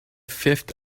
fifth